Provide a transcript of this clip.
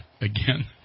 again